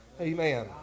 Amen